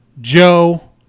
Joe